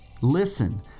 listen